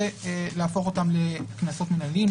ולהפוך אותם לקנסות מינהליים,